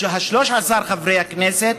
13 חברי הכנסת,